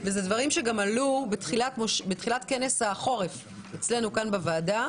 אלה דברים שגם עלו בתחילת כנס החורף אצלנו כאן בוועדה